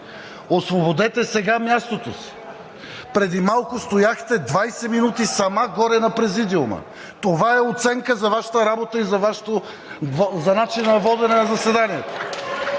освободете сега мястото си! Преди малко стояхте 20 минути сама горе на президиума. Това е оценка за Вашата работа и за начина на водене на заседанието!